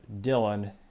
Dylan